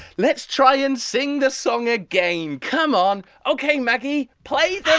let's try and sing the song again. come on. ok maggie. play